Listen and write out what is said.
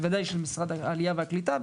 בוודאי של משרד העלייה והקליטה,